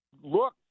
look